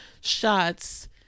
shots